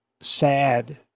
sad